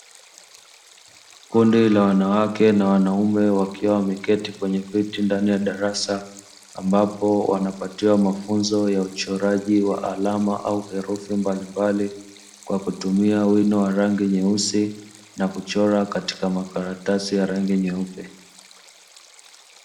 Kundi la wanawake na wanaume wakiwa wameketi ndani ya darasa, ambapo wanapatiwa mafunzo ya uchoraji wa alama au herufi mbalimbali kwa kutumia wino wa rangi nyeusi na kuchora katika makaratasi ya rangi nyeupe.